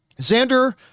Xander